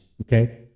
okay